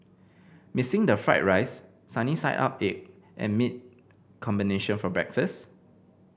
missing the fried rice sunny side up egg and meat combination for breakfast